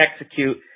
execute